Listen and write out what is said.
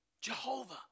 Jehovah